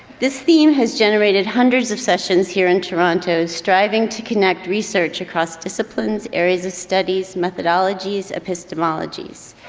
this theme has generated hundreds of sessions here in toronto striving to connect research across disciplines, areas of studies, methodologies, epistemologies.